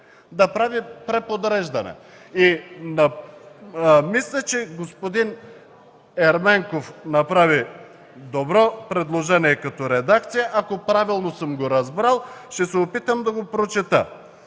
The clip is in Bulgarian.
да прави преподреждане. Мисля, че господин Ерменков направи добро предложение като редакция, ако правилно съм го разбрал. Ще се опитам да го прочета: